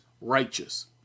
righteous